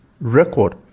record